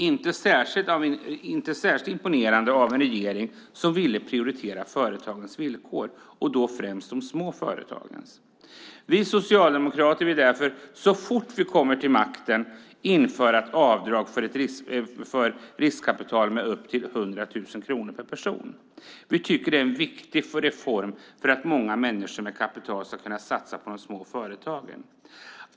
Det är inte särskilt imponerande handlat av en regering som ville prioritera företagens, främst de små företagens, villkor. Vi socialdemokrater vill så fort vi kommer till makten införa ett avdrag för riskkapital med upp till 100 000 kronor per person. Vi tycker att det är en viktig reform för att många människor med kapital ska kunna satsa på de små företagen.